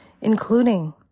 Including